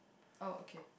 oh okay